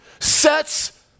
Sets